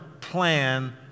plan